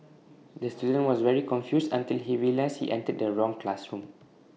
the student was very confused until he realised he entered the wrong classroom